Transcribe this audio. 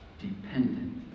dependent